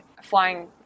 flying